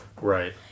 right